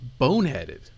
boneheaded